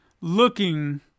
looking